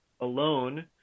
alone